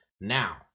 now